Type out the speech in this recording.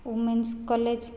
women's college